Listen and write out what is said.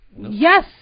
Yes